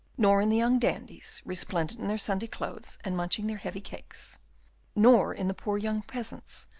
nor in the young dandies, resplendent in their sunday clothes, and munching their heavy cakes nor in the poor young peasants,